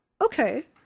okay